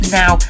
now